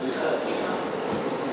צמיחה, צמיחה.